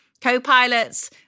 Co-pilots